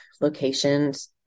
locations